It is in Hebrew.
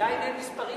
שעדיין אין מספרים כאלה.